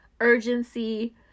urgency